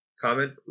comment